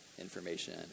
information